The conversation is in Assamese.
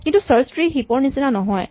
কিন্তু চাৰ্চ ট্ৰী হিপ ৰ নিচিনা নহয়